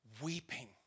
weeping